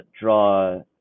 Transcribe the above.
draw